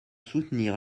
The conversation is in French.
soutenir